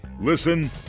Listen